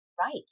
Right